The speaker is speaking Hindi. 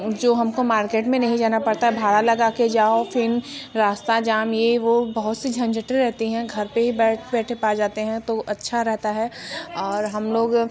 जो हमको मार्केट में नहीं जाना पड़ता है भाड़ा लगा कर जाओ फिर रास्ता जाम यह वह बहुत सी झंझटे रहती हैं घर पर ही बैठ बैठे पा जाते हैं तो अच्छा रहता है और हम लोग